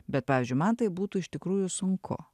bet pavyzdžiui man tai būtų iš tikrųjų sunku